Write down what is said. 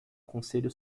conselho